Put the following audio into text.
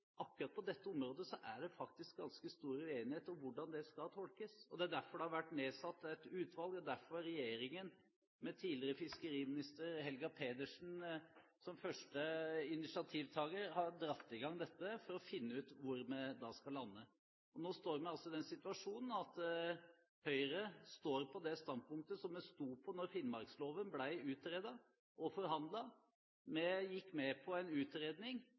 akkurat på dette området er det faktisk ganske stor uenighet om hvordan dette skal tolkes. Det er derfor det har vært nedsatt et utvalg, og det er derfor regjeringen, med tidligere fiskeriminister Helga Pedersen som første initiativtaker, har dratt i gang dette for å finne ut om hvor vi skal lande. Nå står vi altså i den situasjonen at Høyre står på det standpunktet som vi sto på da finnmarksloven ble utredet og forhandlet. Vi gikk med på en utredning,